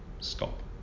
stop